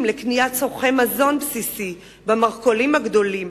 לקניית מצרכי מזון בסיסי במרכולים הגדולים,